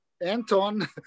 Anton